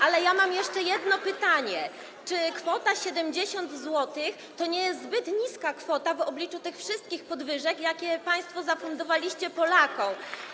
Ale ja mam jeszcze jedno pytanie: Czy kwota 70 zł nie jest zbyt niska w obliczu tych wszystkich podwyżek, jakie państwo zafundowaliście Polakom?